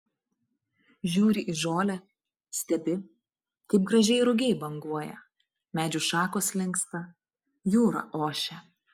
žiūri į žolę stebi kaip gražiai rugiai banguoja medžių šakos linksta jūra ošia